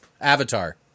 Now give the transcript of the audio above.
Avatar